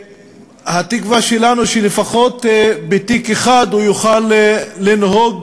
והתקווה שלנו היא שלפחות בתיק אחד הוא יוכל לנהוג